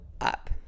up